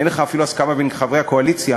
אין לך אפילו הסכמה בין חברי הקואליציה,